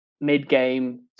mid-game